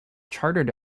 chartered